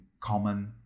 common